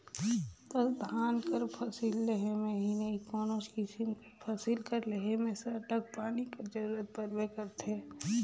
बस धान कर फसिल लेहे में ही नई कोनोच किसिम कर फसिल कर लेहे में सरलग पानी कर जरूरत परबे करथे